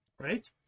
right